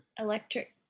Electric